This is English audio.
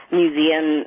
museum